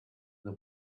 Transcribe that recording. the